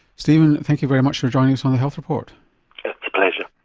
stephen thank you very much for joining us on the health report. it's a pleasure.